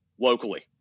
locally